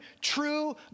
true